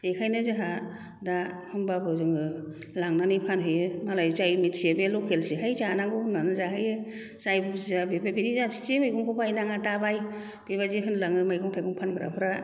बेखायनो जोंहा दा होनबाबो जोङो लांनानै फानहैयो मालाय जाय मिनथियो लकेल सोहाय बे जानांगौ होननानै जाहैयो जाय बुजिया बेबायदि जाथि थि मैगंखौ बायनाङा दाबाय बेबायदि होनलाङो मैगं थाइगं फानग्राफ्रा